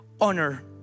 honor